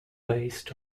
based